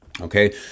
Okay